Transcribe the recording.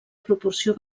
proporció